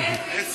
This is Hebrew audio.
אין